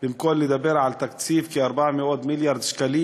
במקום לדבר על תקציב של כ-400 מיליארד שקלים